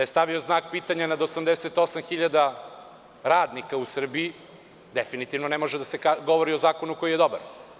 Stavio je znak pitanja nad 88 hiljada radnika u Srbiji i definitivno ne može da se govori o zakonu koji je dobar.